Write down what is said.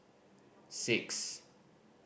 six